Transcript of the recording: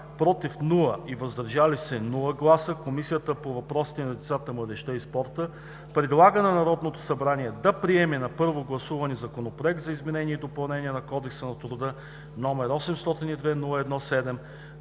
„против“ и „въздържали се“ Комисията по въпросите на децата, младежта и спорта предлага на Народното събрание да приеме на първо гласуване Законопроект за изменение и допълнение на Кодекса на труда, № 802-01-7,